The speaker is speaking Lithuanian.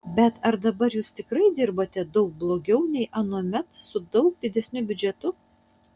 bet ar dabar jūs tikrai dirbate daug blogiau nei anuomet su daug didesniu biudžetu